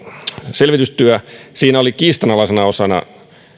selvitystyö valmistui siinä oli kiistanalaisena osana